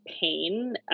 pain